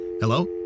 Hello